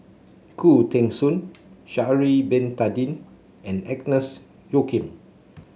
Khoo Teng Soon Sha'ari Bin Tadin and Agnes Joaquim